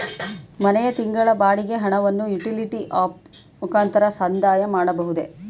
ಮನೆಯ ತಿಂಗಳ ಬಾಡಿಗೆ ಹಣವನ್ನು ಯುಟಿಲಿಟಿ ಆಪ್ ಮುಖಾಂತರ ಸಂದಾಯ ಮಾಡಬಹುದೇ?